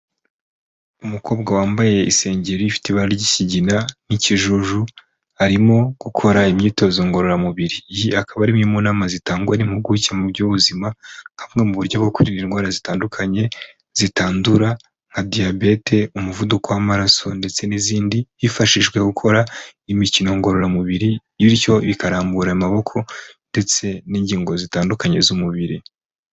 Umukobwa wambaye isengeri ifite ibara ry'ikigina n'ikijuju, arimo gukora imyitozo ngororamubiri, iyi akaba ari imwe mu nama zitangwa n'impuguke mu by'ubuzima, nka bumwe mu buryo bwo kuririnda indwara zitandukanye zitandura nka Diyabete, umuvuduko w'amaraso ndetse n'izindi, hifashishijwe gukora imikino ngororamubiri bityo ikarambura amaboko ndetse n'ingingo zitandukanye z'umubiri.